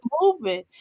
moving